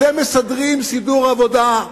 אתם מסדרים סידור עבודה.